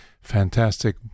fantastic